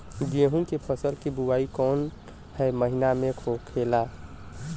गेहूँ के फसल की बुवाई कौन हैं महीना में होखेला?